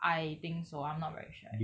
I think so I'm not very sure